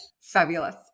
fabulous